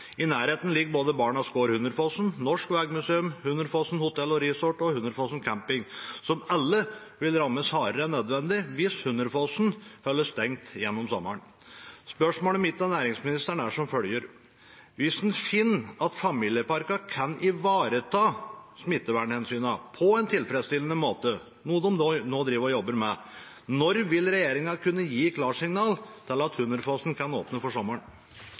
I nærheten ligger både Barnas Gård Hunderfossen, Norsk vegmuseum, Hunderfossen Hotell & Resort og Hunderfossen Camping, som alle vil rammes hardere enn nødvendig hvis Hunderfossen holdes stengt gjennom sommeren. Spørsmålet mitt til næringsministeren er som følger: Hvis en finner at familieparkene kan ivareta smittevernhensynene på en tilfredsstillende måte, noe de nå driver og jobber med, når vil regjeringen kunne gi klarsignal til at Hunderfossen kan åpne for sommeren?